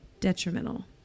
detrimental